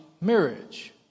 marriage